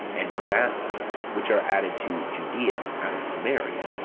and ramatha, which are added to judea, out of samaria,